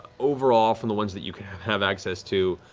overall, from the ones that you have access to,